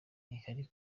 ihari